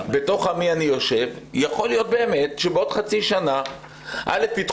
בתוך עמי אני יושב ויכול להיות באמת שבעוד חצי שנה יידחו